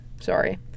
Sorry